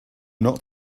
not